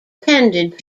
tended